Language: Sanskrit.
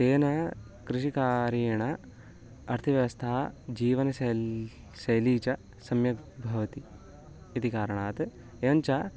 तेन कृषिकार्येण अर्थव्यवस्था जीवनशैली शैली च सम्यक् भवति इति कारणात् एवञ्च